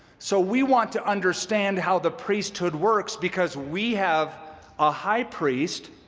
so we want to understand how the priesthood works because we have a high priest,